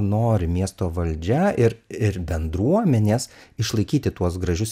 nori miesto valdžia ir ir bendruomenės išlaikyti tuos gražius